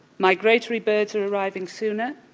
migratory birds are arriving sooner,